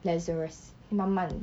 lazarus 慢慢